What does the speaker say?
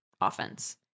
offense